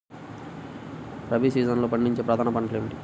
రబీ సీజన్లో పండించే ప్రధాన పంటలు ఏమిటీ?